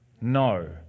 No